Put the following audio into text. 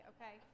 Okay